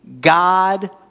God